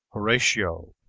horatio.